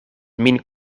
min